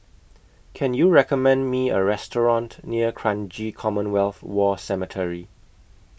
Can YOU recommend Me A Restaurant near Kranji Commonwealth War Cemetery